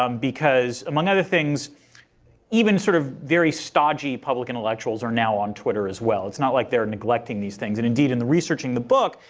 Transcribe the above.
um because among other things even sort of very stodgy public intellectuals are now on twitter as well. it's not like they're neglecting these things. and indeed in researching the book,